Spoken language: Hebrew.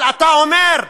אבל אתה אומר: